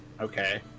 okay